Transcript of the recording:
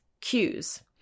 cues